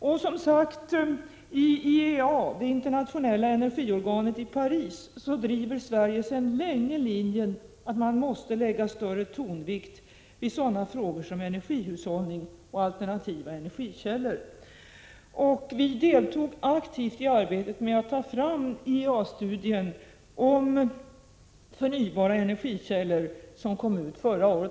I IEA, det internationella energiorganet i Paris, driver Sverige som sagt sedan länge linjen att man måste lägga större tonvikt vid sådana frågor som energihushållning och alternativa energikällor. Vi deltog aktivt i arbetet med att ta fram den IEA-studie om förnybara energikällor som kom förra året.